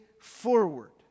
forward